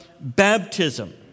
baptism